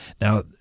Now